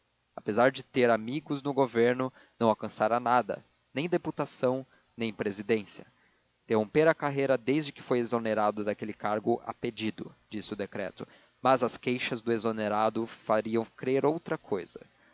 apesar de ter amigos no governo não alcançara nada nem deputação nem presidência interrompera a carreira desde que foi exonerado daquele cargo a pedido disse o decreto mas as queixas do exonerado fariam crer outra cousa